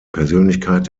persönlichkeit